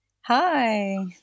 Hi